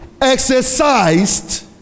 exercised